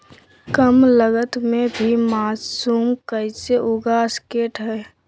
कम लगत मे भी मासूम कैसे उगा स्केट है?